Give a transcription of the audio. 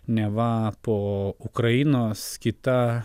neva po ukrainos kita